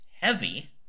heavy